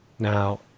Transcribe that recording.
Now